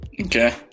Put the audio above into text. Okay